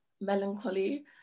melancholy